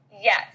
Yes